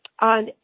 on